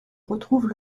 retrouvent